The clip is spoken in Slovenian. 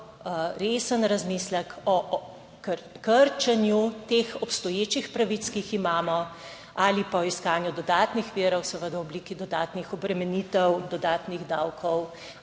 resen razmislek o krčenju teh obstoječih pravic, ki jih imamo, ali pa o iskanju dodatnih virov, seveda v obliki dodatnih obremenitev, dodatnih davkov